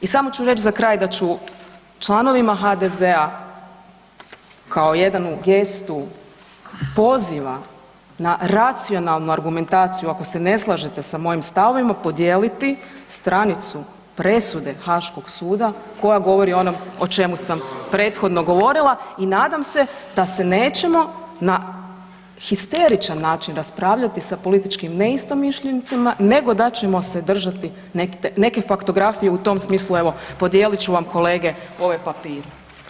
I samo ću reći za kraj, da ću članovima HDZ kao jedan u gestu poziva na racionalnu argumentaciju ako se ne slažete sa mojim stavovima podijeli stranicu presude Haškoga suda koja govori o onom o čemu sam prethodno govorila i nadam se da se nećemo na histeričan način raspravljati sa političkim neistomišljenicima nego da ćemo se držati neke faktografije u tom smislu evo podijelit ću vam kolege ove papire.